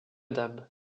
dames